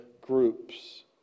groups